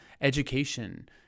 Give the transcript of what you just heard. education